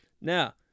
Now